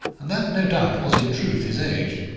and that, no doubt, was in truth his age,